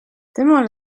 temal